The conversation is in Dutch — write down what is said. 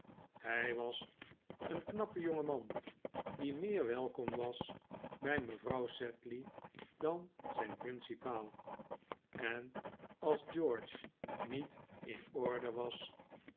hij was een knappe jonge man die meer welkom was bij mevrouw sedley dan zijn principaal en als george niet in orde was